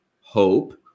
hope